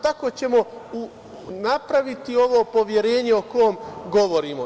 Tako ćemo napraviti ovo poverenje o kom govorimo.